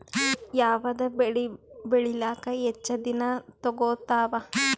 ಯಾವದ ಬೆಳಿ ಬೇಳಿಲಾಕ ಹೆಚ್ಚ ದಿನಾ ತೋಗತ್ತಾವ?